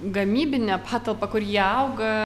gamybinę patalpą kur jie auga